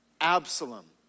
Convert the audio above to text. Absalom